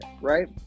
right